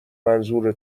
منظور